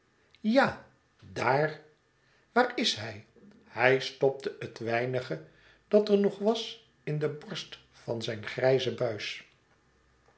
ja daar waar is hij hij stopte het weinige dat er nog was in de borst van zijn grijze buis